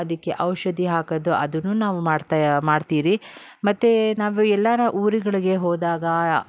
ಅದಕ್ಕೆ ಔಷಧಿ ಹಾಕೋದು ಅದನ್ನೂ ನಾವು ಮಾಡ್ತಾ ಮಾಡ್ತೀರಿ ಮತ್ತು ನಾವು ಎಲ್ಲಾರು ಊರುಗಳಿಗೆ ಹೋದಾಗ